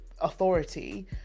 authority